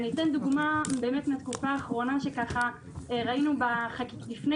אני אתן דוגמה מהתקופה ה אחרונה שראינו לפני